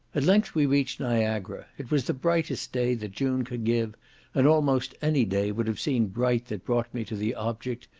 at length we reached niagara. it was the brightest day that june could give and almost any day would have seemed bright that brought me to the object,